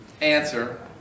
answer